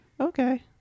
Okay